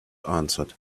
answered